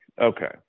okay